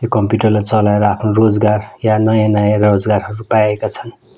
त्यो कम्प्युटरलाई चलाएर आफ्नो रोजगार या नयाँ नयाँ रोजगारहरू पाएका छन्